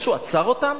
מישהו עצר אותם?